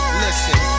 listen